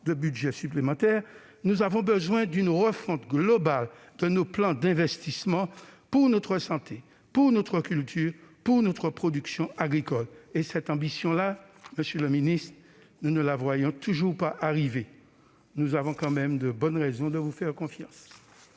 budgétaire de 6 %, nous avons besoin d'une refonte globale de nos plans d'investissement pour notre santé, notre culture et notre production agricole. Or, cette ambition, nous ne la voyons toujours pas arriver. Nous avons tout de même de bonnes raisons de vous faire confiance